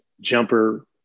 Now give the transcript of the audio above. jumper